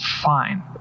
fine